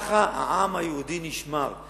וכך העם היהודי נשמר.